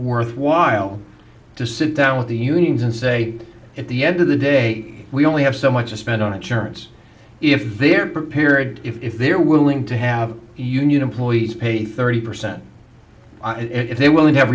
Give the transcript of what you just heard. worthwhile to sit down with the unions and say at the end of the day we only have so much to spend on insurance if they're prepared if they're willing to have union employees pay thirty percent if they will